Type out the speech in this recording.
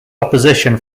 opposition